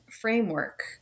framework